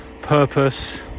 purpose